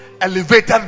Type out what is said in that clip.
elevated